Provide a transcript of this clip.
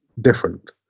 different